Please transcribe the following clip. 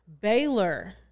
Baylor